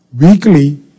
weekly